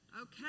Okay